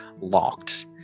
locked